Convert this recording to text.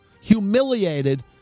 Humiliated